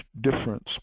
difference